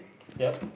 yup